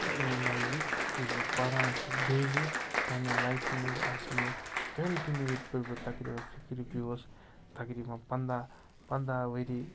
یہِ میگزیٖن یُس بہٕ پَران چھُس ڈیلی پَنٛنہِ لایفہِ منٛز آسہِ مےٚ یہِ کَنٹِنیوٗ ییٚتہِ پٮ۪ٹھ بہٕ تقریٖباً فِکرِ پیوٗ اوس تَقریباً پنٛداہ پنٛداہ ؤری